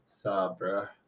Sabra